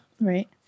Right